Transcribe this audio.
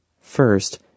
First